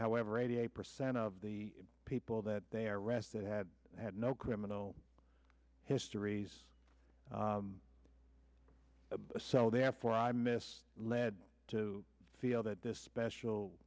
however eighty eight percent of the people that they arrested had had no criminal histories so they have for i miss lead to feel that this special